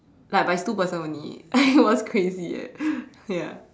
ya but it's two person only it was crazy eh ya